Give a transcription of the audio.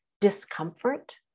discomfort